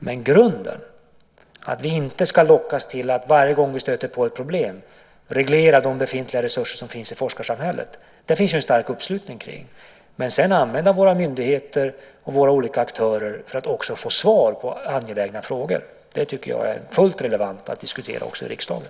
Men grunden, att vi inte ska lockas till att varje gång vi stöter på ett problem reglera de befintliga resurser som finns i forskarsamhället, finns det en stark uppslutning kring. Att använda våra myndigheter och våra olika aktörer för att också få svar på angelägna frågor tycker jag är fullt relevant att diskutera också i riksdagen.